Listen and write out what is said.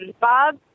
Bob